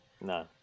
No